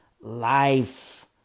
Life